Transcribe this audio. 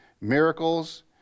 miracles